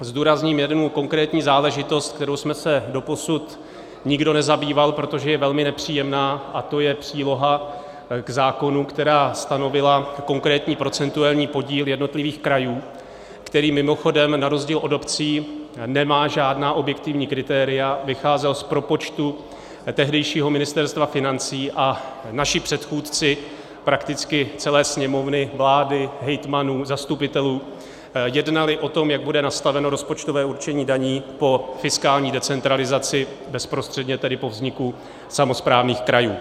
Zdůrazním jednu konkrétní záležitost, kterou jsme se doposud nikdo nezabýval, protože je velmi nepříjemná, a to je příloha k zákonu, která stanovila konkrétní procentuální podíl jednotlivých krajů, který mimochodem na rozdíl od obcí nemá žádná objektivní kritéria, vycházel z propočtu tehdejšího Ministerstva financí a naši předchůdci prakticky celé Sněmovny, vlády, hejtmanů, zastupitelů jednali o tom, jak bude nastaveno rozpočtové určení daní po fiskální decentralizaci, bezprostředně tedy po vzniku samosprávných krajů.